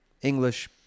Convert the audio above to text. english